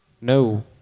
No